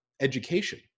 education